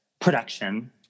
production